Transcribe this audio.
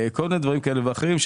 כל מיני דברים כאלה ואחרים,